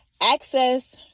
access